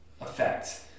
effect